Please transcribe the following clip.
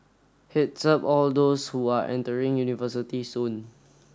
head's up all those who are entering university soon